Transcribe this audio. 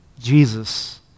Jesus